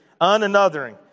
unanothering